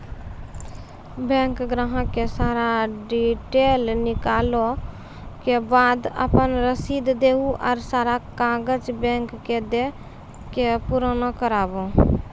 Bank ग्राहक के सारा डीटेल निकालैला के बाद आपन रसीद देहि और सारा कागज बैंक के दे के पुराना करावे?